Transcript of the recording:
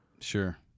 sure